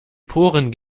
poren